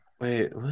Wait